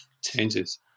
changes